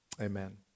Amen